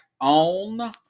on